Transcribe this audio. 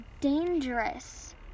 dangerous